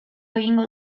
egingo